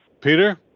Peter